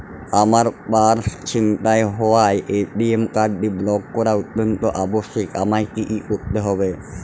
আমার পার্স ছিনতাই হওয়ায় এ.টি.এম কার্ডটি ব্লক করা অত্যন্ত আবশ্যিক আমায় কী কী করতে হবে?